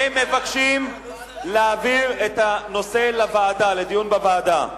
הם מבקשים להעביר את הנושא לדיון בוועדה.